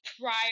prior